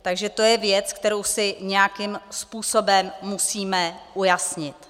Takže to je věc, kterou si nějakým způsobem musíme ujasnit.